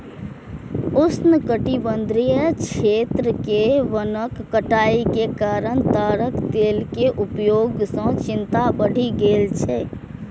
उष्णकटिबंधीय क्षेत्र मे वनक कटाइ के कारण ताड़क तेल के उपयोग सं चिंता बढ़ि गेल छै